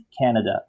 Canada